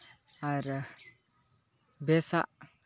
ᱟᱨ ᱵᱮᱥᱟᱜ